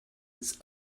its